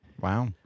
Wow